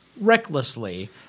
recklessly